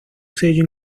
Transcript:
sello